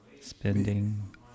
spending